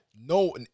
No